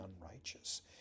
unrighteous